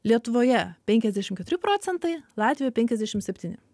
lietuvoje penkiasdešimt keturi procentai latvijoj penkiasdešimt septyni